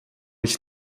ich